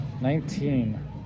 Nineteen